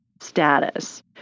status